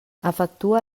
efectua